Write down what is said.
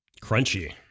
Crunchy